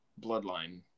bloodline